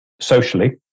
socially